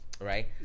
right